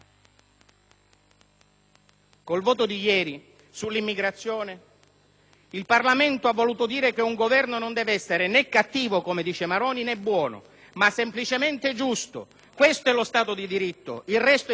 La verità, signor Presidente, è che la Lega è la vera padrona del Governo, ogni giorno stringe il suo cappio al collo della maggioranza e dopo il *far west* fiscale sul federalismo